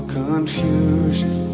confusion